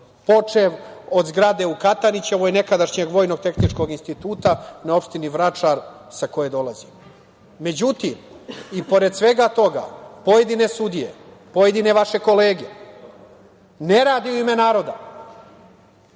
Počev od zgrade u Katanićevoj, nekadašnjeg Vojno-tehničkog instituta, na opštini Vračar sa koje dolazim.Međutim, i pored svega toga, pojedine sudije, pojedine vaše kolege ne rade u ime naroda,